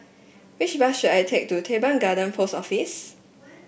which bus should I take to Teban Garden Post Office